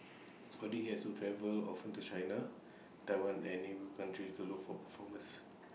for they has to travel often to China Taiwan and neighbour countries to look for performers